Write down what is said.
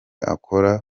akora